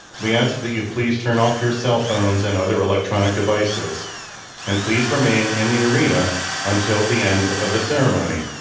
we ask that you please turn off your cell phones and other electronic devices and please remain in the arena until the end of the ceremony.